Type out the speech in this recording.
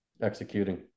executing